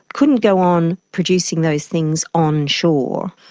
couldn't go on producing those things onshore,